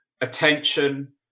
attention